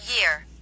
year